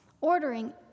ordering